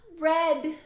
Red